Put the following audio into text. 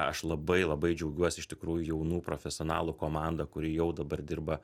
aš labai labai džiaugiuosi iš tikrųjų jaunų profesionalų komanda kuri jau dabar dirba